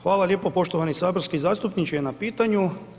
Hvala lijepo poštovani saborski zastupniče na pitanju.